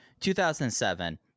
2007